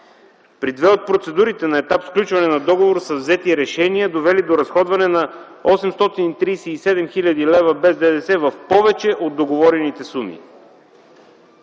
При две от процедурите на етап сключване на договор са взети решения, довели до разходване на 837 хил. лв. без ДДС в повече от договорените суми.